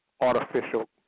artificial